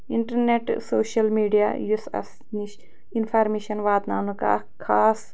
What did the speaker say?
internet social media یُس اَسہِ نِش اِنفارمیشَن واتناونُک اَکھ خاص